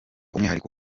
umwihariko